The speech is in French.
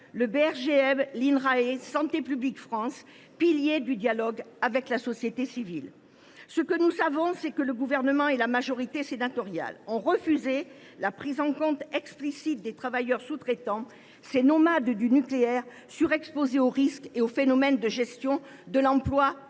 (BRGM), l’Inrae et Santé publique France, piliers du dialogue avec la société civile. Nous savons aussi que le Gouvernement et la majorité sénatoriale ont refusé la prise en compte explicite des travailleurs sous traitants, ces nomades du nucléaire, surexposés aux risques et au phénomène de « gestion de l’emploi